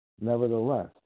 Nevertheless